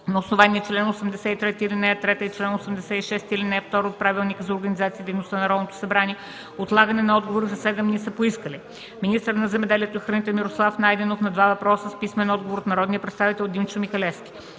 На основание чл. 83, ал. 3 и чл. 86, ал. 2 от Правилника за организацията и дейността на Народното събрание, отлагане на отговори със седем дни са поискали: - министърът на земеделието и храните Мирослав Найденов – на два въпроса с писмен отговор от народния представител Димчо Михалевски;